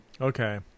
okay